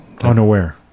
unaware